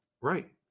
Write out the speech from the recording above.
Right